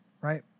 right